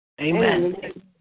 Amen